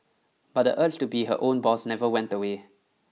but the urge to be her own boss never went away